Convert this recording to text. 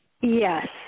Yes